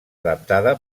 adaptada